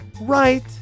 right